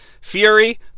Fury